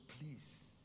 please